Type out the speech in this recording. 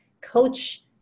coach